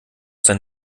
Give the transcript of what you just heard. sein